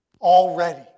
Already